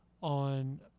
on